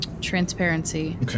transparency